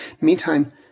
Meantime